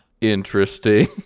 Interesting